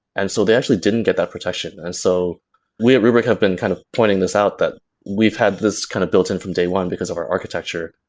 and so they actually didn't get that protection. and so we at rubrik have been kind of pointing this out, that we've had this kind of built in from day one because of our architecture,